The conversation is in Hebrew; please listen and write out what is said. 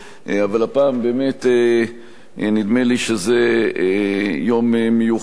אבל הפעם באמת נדמה לי שזה יום מיוחד,